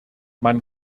man